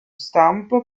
stampo